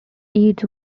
eads